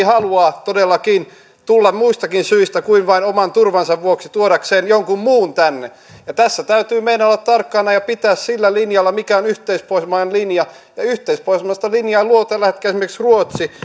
haluaa todellakin tulla muistakin syistä kuin vain oman turvansa vuoksi tuodakseen jonkun muun tänne tässä täytyy meidän olla tarkkana ja pitää se linja mikä on yhteispohjoismainen linja ja yhteispohjoismaista linjaa luo tällä hetkellä esimerkiksi ruotsi